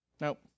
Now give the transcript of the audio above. nope